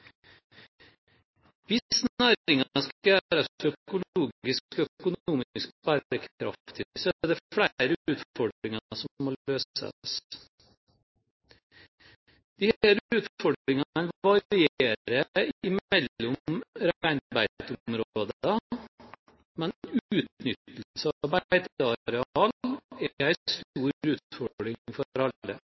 Hvis næringen skal gjøres økologisk og økonomisk bærekraftig, er det flere utfordringer som må løses. Disse utfordringene varierer mellom reinbeiteområdene, men utnyttelse av beitearealer er